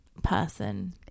Person